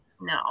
No